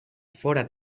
fóra